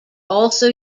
also